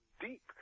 deep